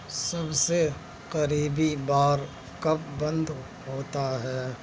سب سے قریبی بار کب بند ہوتا ہے